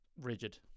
rigid